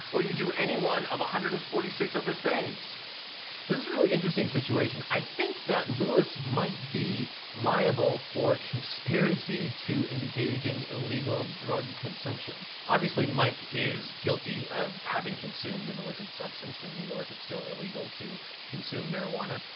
or you do any one of one hundred and forty six other things. this is a really interesting situation. i think that louis might be liable for conspiracy to engage in illegal drug consumption. obviously mike is guilty of having consumed an illicit substance, in new york it's still illegal to consume marijuana,